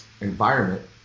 environment